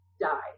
die